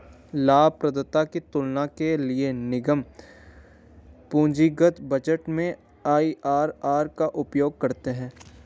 लाभप्रदाता की तुलना के लिए निगम पूंजीगत बजट में आई.आर.आर का उपयोग करते हैं